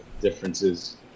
differences